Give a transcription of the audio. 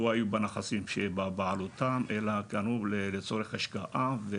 היו בנכסים שבבעלותם אלא קנו את הנכס לצורך השקעה.